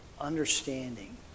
understanding